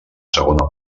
segona